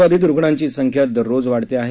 corona बाधित रूग्णांची संख्या दररोज वाढत आहे